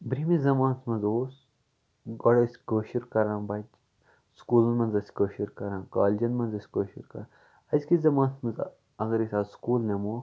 برونہمِس زَمانَس منٛز اوس گۄڈٕ ٲسۍ کٲشُر کران بَچہٕ سکوٗلَن منٛز ٲسۍ کٲشُر کران کالجن منٛز ٲسۍ کٲشُر کران أزکِس زَمانَس منٛز اَگر أسۍ آز سکوٗل نِموکھ